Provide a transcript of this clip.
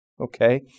okay